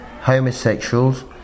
homosexuals